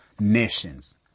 nations